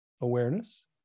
awareness